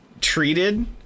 treated